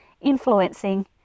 influencing